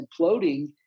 imploding